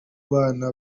bana